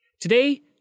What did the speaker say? Today